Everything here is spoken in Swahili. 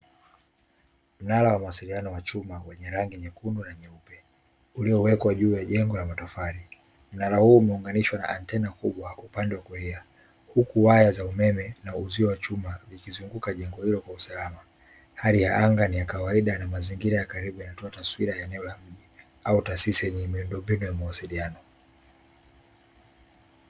Mnara wa mawasiliano wa chuma wenye rangi nyekundu na nyeupe, uliowekwa juu ya jengo la matofali. Mnara huu umeunganishwa na antena kubwa kwa upande wa kulia, huku waya za umeme na uzio wa chuma vikizunguka jengo hilo kwa usalama. Hali ya anga ni ya kawaida na mazingira ya karibu yanayotoa taswira ya eneo la mji au taasisi yenye miundombinu ya mawasiliano.